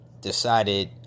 decided